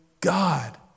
God